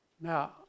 Now